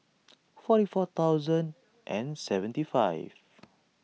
forty four thousand and seventy five